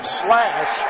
slash